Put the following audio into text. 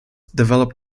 developed